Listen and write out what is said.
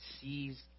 sees